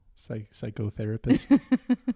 psychotherapist